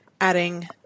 adding